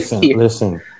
listen